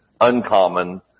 uncommon